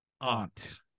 Aunt